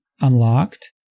unlocked